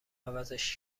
عوضش